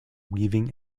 weaving